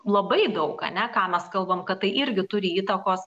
labai daug ane ką mes kalbam kad tai irgi turi įtakos